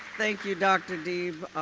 thank you, dr. deeb.